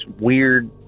weird